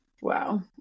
Wow